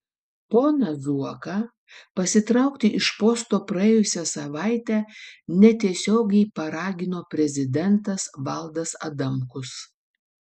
poną zuoką pasitraukti iš posto praėjusią savaitę netiesiogiai paragino prezidentas valdas adamkus